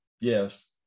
Yes